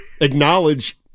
acknowledge